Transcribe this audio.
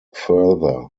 further